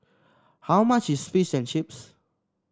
how much is Fish and Chips